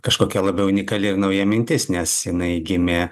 kažkokia labiau unikali nauja mintis nes jinai gimė